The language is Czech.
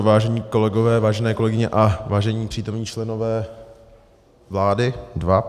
Vážení kolegové, vážené kolegové a vážení přítomní členové vlády, dva.